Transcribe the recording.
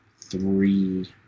three